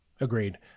Agreed